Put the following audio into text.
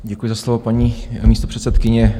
Děkuji za slovo, paní místopředsedkyně.